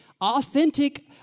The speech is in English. authentic